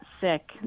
sick